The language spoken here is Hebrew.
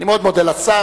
אני מאוד מודה לשר.